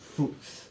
fruits